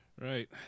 Right